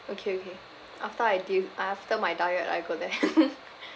okay okay after I di~ after my diet I go there